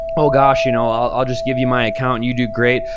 oh gosh, you know i'll just give you my account and you do great,